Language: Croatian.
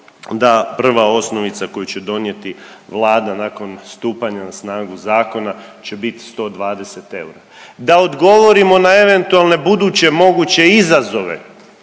da prva osnovica koju će donijeti Vlada nakon stupanja na snagu zakona će biti 120 eura, da odgovorimo na eventualne buduće moguće izazove,